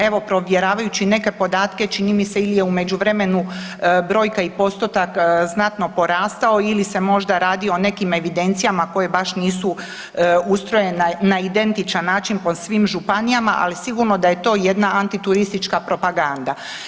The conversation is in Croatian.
Evo provjeravajući neke podatke, čini mi se ili je u međuvremenu brojka i postotak znatno porastao ili se možda radi o nekim evidencijama koje baš nisu ustrojene na identičan način po svim županijama ali sigurno da je to jedna antituristička propaganda.